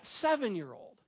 seven-year-old